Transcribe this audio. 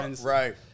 Right